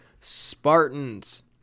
spartans